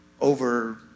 over